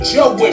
Joe